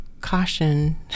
caution